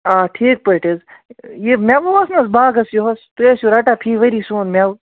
آ ٹھیٖک پٲٹھۍ حظ یہِ مٮ۪وٕ اوس نہ حظ باغس یِہوس تُہی ٲسِو رٹان فی ؤری سون مٮ۪وٕ